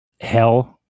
hell